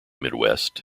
midwest